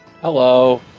Hello